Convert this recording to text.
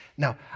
Now